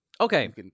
Okay